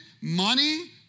money